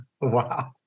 Wow